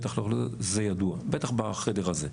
זה ידוע בטח בחדר הזה.